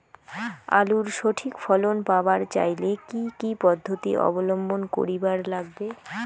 আলুর সঠিক ফলন পাবার চাইলে কি কি পদ্ধতি অবলম্বন করিবার লাগবে?